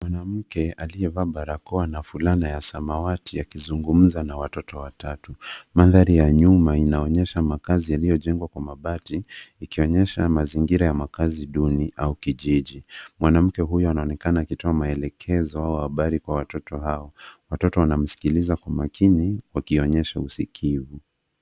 Mwanamke aliyevaa barakoa nafulana ya samawati akizungumza na watoto watatu. Mandhari ya nyuma inaonyesha makazi yaliyojengwa kwa mabati ikionyesha mazingira ya makazi duni au kijiji. Mwanamke huyu anaonekana akitoa maelekezo au habari kwa watoto hao. Watoto hao wanamsikiliza kwa makini wakionyesha usikivu.